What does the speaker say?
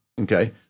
Okay